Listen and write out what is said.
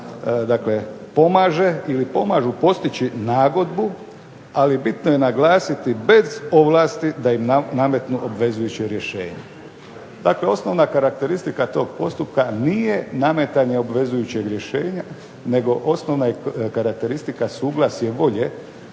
pomaže ili pomažu postići nagodbu, ali bitno je naglasiti bez ovlasti da im nameću obvezujuće rješenje. Znači, osnovna karakteristika tog postupka nije nametanje obvezujućeg rješenja, nego osnovna karakteristika suglasje volje,